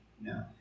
No